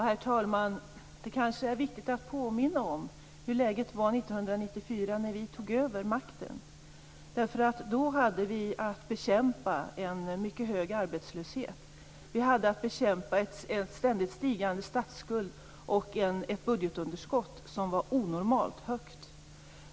Herr talman! Det kanske är viktigt att påminna om hur läget var 1994 när vi tog över makten. Då hade vi att bekämpa en mycket hög arbetslöshet. Vi hade att bekämpa en ständigt stigande statsskuld och ett budgetunderskott som var onormalt högt.